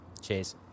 Cheers